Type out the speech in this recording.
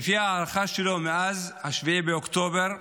לפי ההערכה שלו, מאז 7 באוקטובר,